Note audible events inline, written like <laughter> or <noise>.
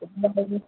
<unintelligible>